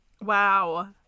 wow